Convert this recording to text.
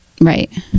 Right